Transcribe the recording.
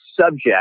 subject